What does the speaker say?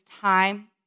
time